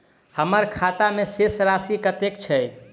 हम्मर खाता मे शेष राशि कतेक छैय?